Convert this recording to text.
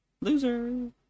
Loser